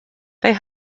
they